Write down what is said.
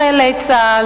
נגד חיילי צה"ל,